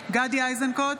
גדי איזנקוט,